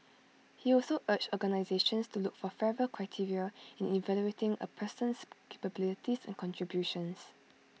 he also urged organisations to look for fairer criteria in evaluating A person's capabilities and contributions